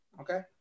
okay